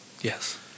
Yes